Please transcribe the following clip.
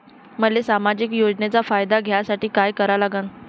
मले सामाजिक योजनेचा फायदा घ्यासाठी काय करा लागन?